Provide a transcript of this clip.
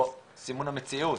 או סימון המציאות.